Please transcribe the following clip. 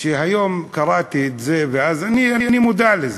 היום קראתי את זה, ואז, אני, אני מודע לזה,